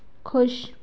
खुश